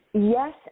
Yes